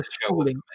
schooling